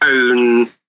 own